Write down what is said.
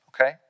Okay